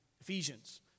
Ephesians